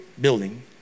building